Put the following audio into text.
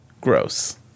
gross